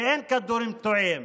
כי אין כדורים תועים,